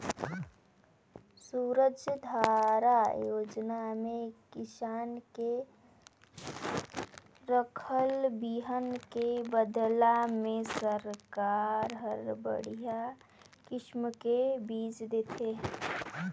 सूरजधारा योजना में किसान के राखल बिहन के बदला में सरकार हर बड़िहा किसम के बिज देथे